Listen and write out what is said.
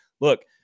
look